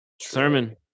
Sermon